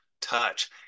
touch